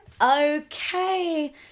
Okay